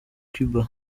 cuba